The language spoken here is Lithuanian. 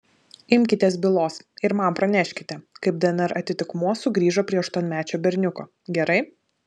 imkitės bylos ir man praneškite kaip dnr atitikmuo sugrįžo prie aštuonmečio berniuko gerai